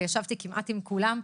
ונפגשתי כמעט עם כולם,